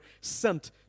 sent